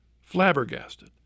flabbergasted